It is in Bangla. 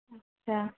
আচ্ছা